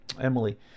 Emily